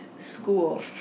School